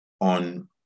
on